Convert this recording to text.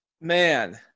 Man